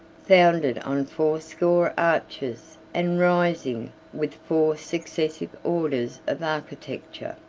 founded on fourscore arches, and rising, with four successive orders of architecture,